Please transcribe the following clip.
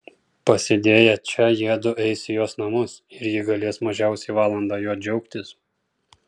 pasėdėję čia jiedu eis į jos namus ir ji galės mažiausiai valandą juo džiaugtis